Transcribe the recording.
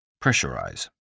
Pressurize